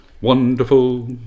Wonderful